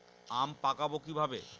আম পাকাবো কিভাবে?